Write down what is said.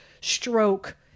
stroke